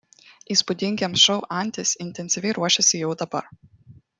įspūdingiems šou antis intensyviai ruošiasi jau dabar